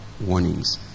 warnings